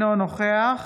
אינו נוכח